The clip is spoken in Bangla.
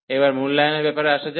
এবার মূল্যায়নের ব্যাপারে আসা যাক